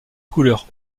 couleur